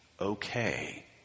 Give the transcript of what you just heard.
okay